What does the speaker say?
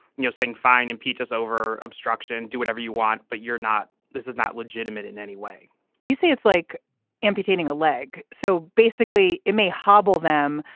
you're saying fine impeach us over obstruction do whatever you want but you're not. this is not legitimate in any way you say it's like amputating a leg. so basically it may hobble that.